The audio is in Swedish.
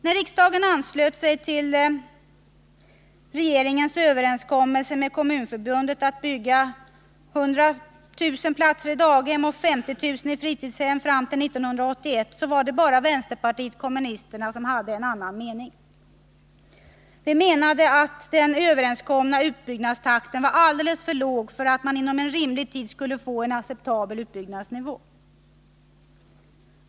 När riksdagen anslöt sig till regeringens överenskommelse med Kommunförbundet om att bygga 100 000 platser i daghem och 50 000 i fritidshem fram till 1981, var det bara vänsterpartiet kommunisterna som hade en annan mening. Vi menade att den överenskomna utbyggnadstakten var alldeles för låg för att man inom rimlig tid skulle få en acceptabel utbyggnadsnivå.